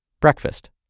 Breakfast